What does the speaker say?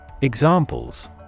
Examples